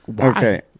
okay